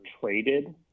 traded